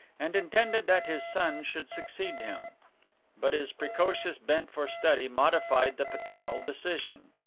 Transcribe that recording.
and intended that his son should succeed him but his precocious bent for study modified the paternal decision.